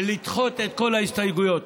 ולדחות את כל ההסתייגויות.